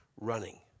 running